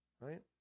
right